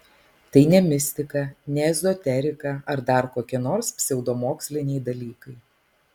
tai ne mistika ne ezoterika ar dar kokie nors pseudomoksliniai dalykai